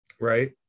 right